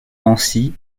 nancy